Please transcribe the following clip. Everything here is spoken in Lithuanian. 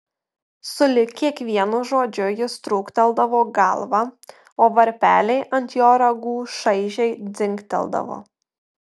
sulig kiekvienu žodžiu jis trūkteldavo galvą o varpeliai ant jo ragų šaižiai dzingteldavo